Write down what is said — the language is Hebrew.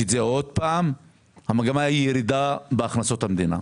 פי שהמגמה היא ירידה בהכנסות המדינה,